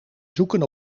zoeken